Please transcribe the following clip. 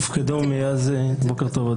בוקר טוב,